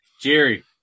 Jerry